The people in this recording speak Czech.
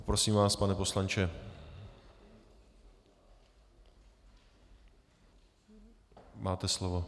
Prosím, pane poslanče, máte slovo.